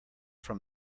from